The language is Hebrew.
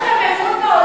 מה,